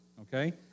okay